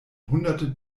hunderte